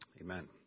Amen